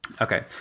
Okay